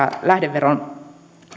lähdeveron